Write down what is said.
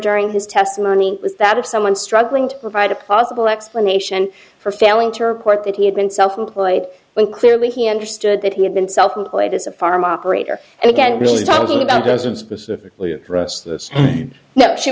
during his testimony was that of someone struggling to provide a possible explanation for failing to report that he had been self employed when clearly he understood that he had been self employed as a farm operator and again really talking about